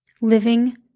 living